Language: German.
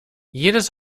jedes